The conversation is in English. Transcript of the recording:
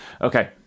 Okay